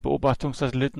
beobachtungssatelliten